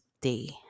day